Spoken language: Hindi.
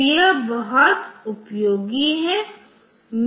तो यह बहुत उपयोगी है